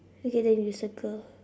okay then we circle